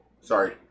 Sorry